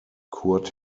curt